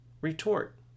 Retort